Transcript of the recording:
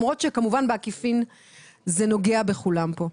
למרות שכמובן בעקיפין זה נוגע בכולם פה.